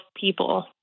people